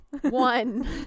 One